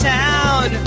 town